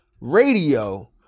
radio